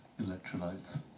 electrolytes